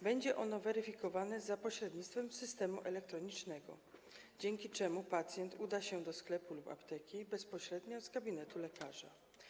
Będzie ono weryfikowane za pośrednictwem systemu elektronicznego, dzięki czemu pacjent uda się do sklepu lub apteki bezpośrednio z gabinetu lekarza.